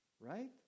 right